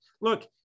Look